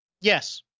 Yes